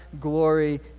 glory